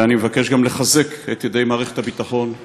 ואני מבקש גם לחזק את ידי מערכת הביטחון וצה"ל,